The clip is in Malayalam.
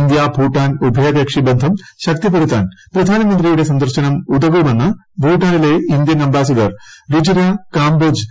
ഇന്ത്യ ഭൂട്ടാൻ ഉഭയകക്ഷി ബന്ധം ശക്തിപ്പെടുത്താൻ പ്രധാനമന്ത്രിയുടെ സന്ദർശനം ഉദകുമെന്ന് ഭൂട്ടാനിലെ ഇന്ത്യൻ അംബാസിഡർ ക്ക രുചിരാ കാംബോജ്